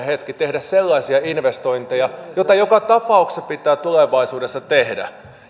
hetki tehdä sellaisia investointeja joita joka tapauksessa pitää tulevaisuudessa tehdä